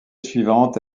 suivante